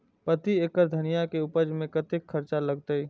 प्रति एकड़ धनिया के उपज में कतेक खर्चा लगते?